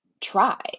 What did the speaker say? try